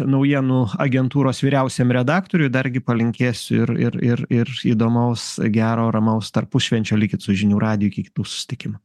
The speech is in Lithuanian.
naujienų agentūros vyriausiam redaktoriui dar gi palinkėsiu ir ir ir ir įdomaus gero ramaus tarpušvenčio likit su žinių radiju iki kitų susitikimų